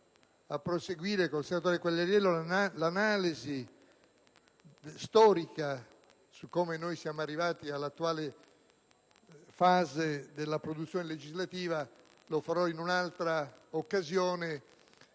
a proseguire con il senatore Quagliariello l'analisi storica su come siamo arrivati all'attuale fase della produzione legislativa, ma lo farò in un'altra occasione.